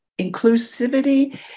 Inclusivity